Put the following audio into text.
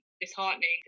disheartening